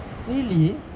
really